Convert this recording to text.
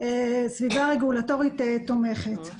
סביבה רגולטורית תומכת.